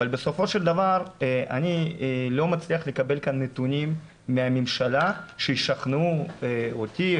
אבל בסופו של דבר אני לא מצליח לקבל כאן נתונים מהממשלה שישכנעו אותי,